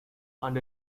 and